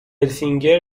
سینگر